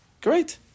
Great